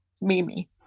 Mimi